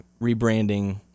rebranding